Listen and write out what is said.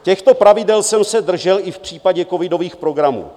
Těchto pravidel jsem se držel i v případě covidových programů.